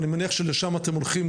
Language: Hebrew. אני מניח שלשם אתם הולכים,